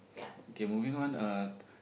okay moving on uh